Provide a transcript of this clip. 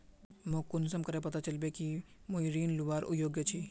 मोक कुंसम करे पता चलबे कि मुई ऋण लुबार योग्य छी?